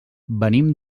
venim